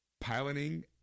piloting